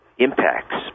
impacts